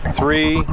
three